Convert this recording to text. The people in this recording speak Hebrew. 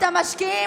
את המשקיעים,